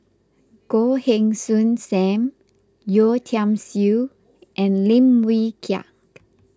Goh Heng Soon Sam Yeo Tiam Siew and Lim Wee Kiak